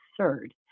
absurd